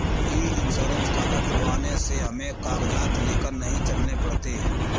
ई insurance खाता खुलवाने से हमें कागजात लेकर नहीं चलने पड़ते